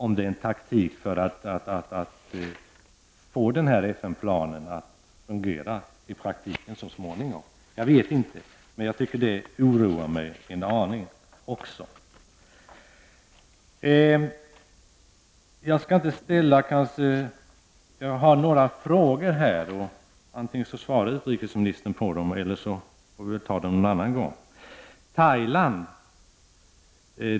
Är det en taktik för att få FN-planen att fungera i praktiken så småningom? Jag vet inte, men också detta oroar mig en aning. Jag vill ställa några frågor som utrikesministern antingen kan svara på nu, eller så får vi ta dem en annan gång.